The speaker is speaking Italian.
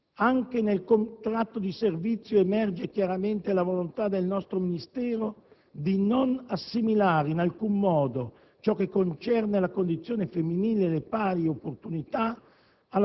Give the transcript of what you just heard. Anche nel contratto di servizio emerge chiaramente la volontà del nostro Ministero di non assimilare in alcun modo ciò che concerne la condizione femminile e le pari opportunità